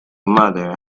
mother